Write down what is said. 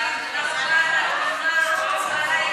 תודה רבה לכולכם על האמון.